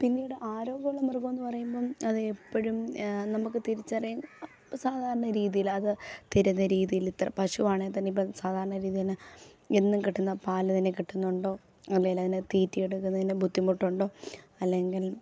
പിന്നീട് ആരോഗ്യമുള്ള മൃഗമെന്ന് പറയുമ്പം അതെപ്പഴും നമുക്ക് തിരിച്ചറിയാൻ സാധാരണ രീതിയില് അത് തരുന്ന രീതിയില് ഇത്ര പശുവാണേൽ തന്നെ ഇപ്പം സാധാരണ രീതിയിൽ തന്നെ എന്നും കിട്ടുന്ന പാല് തന്നെ കിട്ടുന്നുണ്ടോ അല്ലേൽ അതിന് തീറ്റി എടുക്കുന്നതിന് ബുദ്ധിമുട്ടുണ്ടോ അല്ലെങ്കിൽ